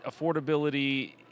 affordability